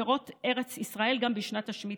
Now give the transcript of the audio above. פירות ארץ ישראל גם בשנת השמיטה.